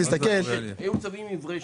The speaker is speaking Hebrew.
היו צובעים עם מברשת.